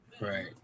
Right